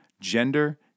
gender